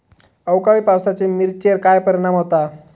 अवकाळी पावसाचे मिरचेर काय परिणाम होता?